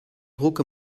druck